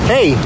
Hey